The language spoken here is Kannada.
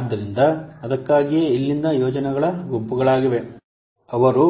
ಆದ್ದರಿಂದ ಅದಕ್ಕಾಗಿಯೇ ಇಲ್ಲಿಂದ ಯೋಜನೆಗಳ ಗುಂಪುಗಳಾಗಿವೆ ಅವರು